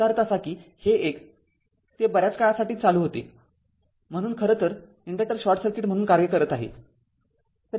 याचा अर्थ असा की हे एक ते बऱ्याच काळासाठी चालू होते म्हणून खरं तर इन्डक्टर शॉर्ट सर्किट म्हणून कार्य करत आहे